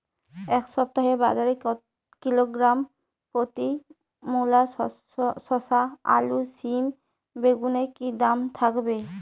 এই সপ্তাহে বাজারে কিলোগ্রাম প্রতি মূলা শসা আলু সিম বেগুনের কী দাম থাকবে?